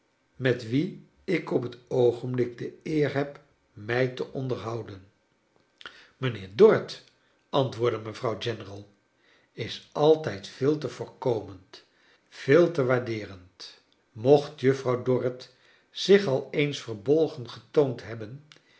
met wie ik op het oogenblik de eer heb mij te onderhouden mijnheer dorrit antwoordde mevrouw general is altijd veel te voorkomend veel te waardeerend mocht mejuffrouw dorrit zich al eens verbolgen getoond hebben